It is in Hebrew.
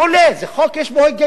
זה חוק שיש בו היגיון גם.